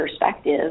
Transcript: perspective